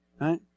Right